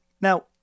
Now